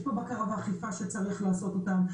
יש פה בקרה ואכיפה שצריך לעשות אותם,